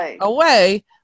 away